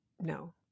no